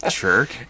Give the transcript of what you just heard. jerk